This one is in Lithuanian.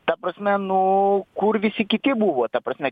ta prasme nu kur visi kiti buvo ta prasme